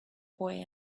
boy